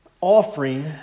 offering